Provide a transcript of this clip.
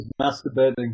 masturbating